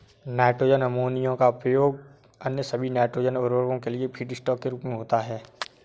nitrogen ammonia का उपयोग अन्य सभी नाइट्रोजन उवर्रको के लिए फीडस्टॉक के रूप में होता है